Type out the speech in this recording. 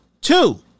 Two